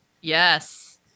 Yes